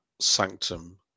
sanctum